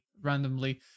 randomly